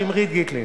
שמרית גיטלין,